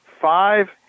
five